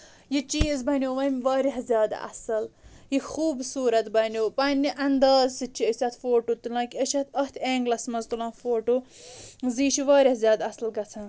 یہِ چیٖز بَنیو وۄنۍ واریاہ زیادٕ اَصٕل یہِ خوٗبصوٗرَت بَنیو پَنٕنہِ اَنٛدازٕ سۭتۍ چھِ أسۍ اَتھ فوٹو تُلان کہِ أسۍ چھِ اَتھ ایٚنٛگلَس منٛز تُلان فوٹو زِ یہِ چھُ واریاہ اَصٕل گژھان